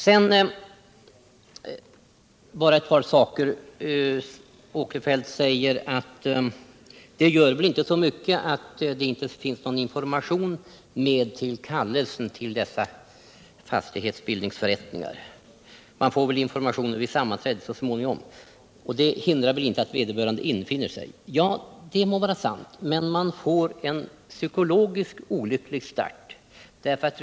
Sven Eric Åkerfeldt säger: Det gör väl inte så mycket att det inte följer med någon information till kallelsen till en fastighetsbildningsförrättning - man får väl information vid sammanträdet, och det hindrar väl inte att vederbörande infinner sig. Det må vara sant, men det blir en psykologiskt olycklig start.